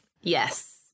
Yes